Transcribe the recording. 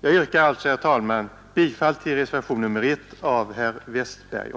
Jag yrkar alltså, herr talman, bifall till reservationen 1 av herr Westberg